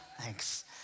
thanks